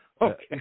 Okay